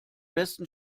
besten